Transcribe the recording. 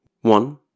one